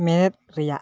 ᱢᱮᱱᱮᱫ ᱨᱮᱭᱟᱜ